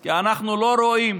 כי אנחנו לא רואים